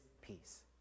peace